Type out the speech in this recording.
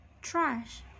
Trash